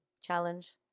Challenge